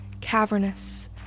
Cavernous